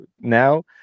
now